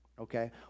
okay